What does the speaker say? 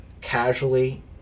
casually